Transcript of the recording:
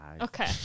Okay